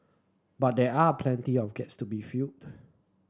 but there are plenty of gas to be fill